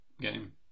game